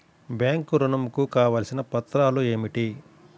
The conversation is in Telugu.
బ్యాంక్ ఋణం కు కావలసిన పత్రాలు ఏమిటి?